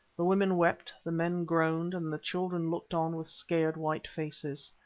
the women wept, the men groaned, and the children looked on with scared white faces.